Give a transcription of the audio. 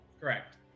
Correct